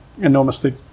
enormously